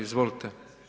Izvolite.